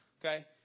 Okay